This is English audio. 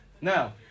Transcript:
Now